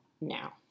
now